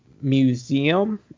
museum